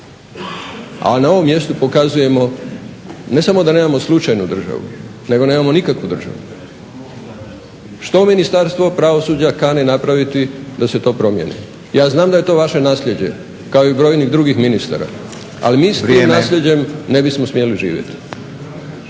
a na ovom mjestu pokazujemo ne samo da nemamo slučajnu državu, nego nemamo nikakvu državu. Što Ministarstvo pravosuđa kani napraviti da se to promijeni? Ja znam da je to vaše naslijeđe, kao i brojnih drugih ministara, ali mi s tim nasljeđem ne bismo smjeli živjeti.